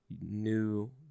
new